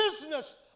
business